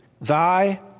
Thy